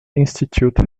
institute